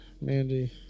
Mandy